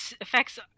affects